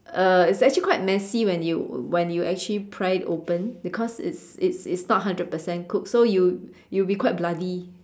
uh it's actually quite messy when you when you actually pry it open because it's it's it's not hundred percent cooked so you it will be quite bloody